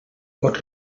pot